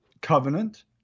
covenant